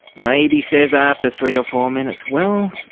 maybe says after three or four minutes, well,